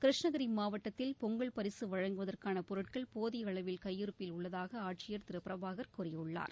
கிருஷ்ணகிரி மாவட்டத்தில் பொங்கல் பரிசு வழங்குவதற்கான பொருட்கள் போதிய அளவில் கையிருப்பில் உள்ளதாக ஆட்சியர் திரு பிரபாகர் கூறியுள்ளார்